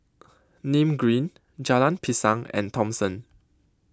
Nim Green Jalan Pisang and Thomson